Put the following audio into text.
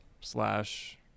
slash